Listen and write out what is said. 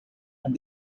and